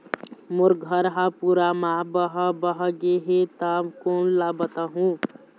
मोर घर हा पूरा मा बह बह गे हे हे ता कोन ला बताहुं?